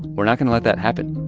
we're not going to let that happen